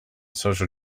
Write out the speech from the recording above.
social